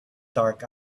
dark